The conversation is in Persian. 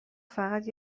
فقط